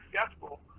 successful